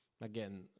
Again